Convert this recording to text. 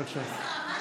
בבקשה.